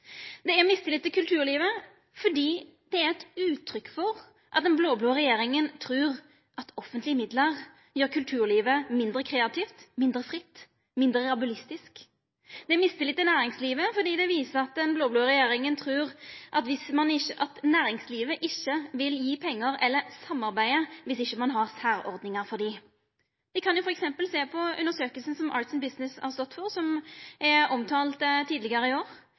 Det er mistillit til kulturlivet fordi det er eit uttrykk for at den blå-blå regjeringa trur at offentlege midlar gjer kulturlivet mindre kreativt, mindre fritt, mindre rabulistisk. Det er mistillit til næringslivet fordi det viser at den blå-blå regjeringa trur at næringslivet ikkje vil gje pengar eller samarbeida viss ikkje ein har særordningar for dei. Me kan f.eks. sjå på den undersøkinga Arts & Business har stått for, som er omtalt tidlegare i år.